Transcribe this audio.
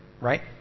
right